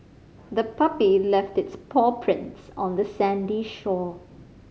the puppy left its paw prints on the sandy shore